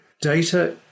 data